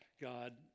God